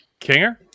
Kinger